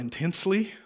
intensely